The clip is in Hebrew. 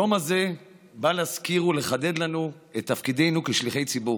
היום הזה בא להזכיר ולחדד לנו את תפקידנו כשליחי ציבור.